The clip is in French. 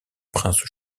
prince